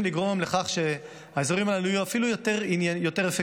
לגרום לכך שהאזורים האלו יהיו אפילו יותר אפקטיביים.